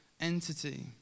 entity